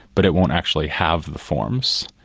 but it won't actually have the forms,